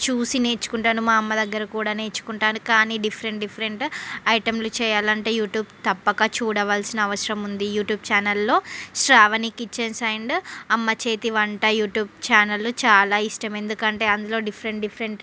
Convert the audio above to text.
చూసి నేర్చుకుంటాను మా అమ్మ దగ్గర కూడా నేర్చుకుంటాను కానీ డిఫరెంట్ డిఫరెంట్ ఐటమ్లు చేయాలంటే యూట్యూబ్ తప్పక చూడవలసిన అవసరం ఉంది యూట్యూబ్ ఛానల్లో శ్రావణి కిచెన్స్ అండ్ అమ్మ చేతి వంట యూట్యూబ్ ఛానల్లు చాలా ఇష్టం ఎందుకంటే అందులో డిఫరెంట్ డిఫరెంట్